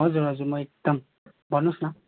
हजुर हजुर म एकदम भन्नु होस् न